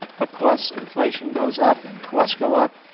but costs inflation goes up and costs go up,